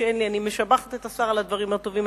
וכשאין לי אני משבחת את השר על הדברים הטובים.